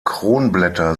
kronblätter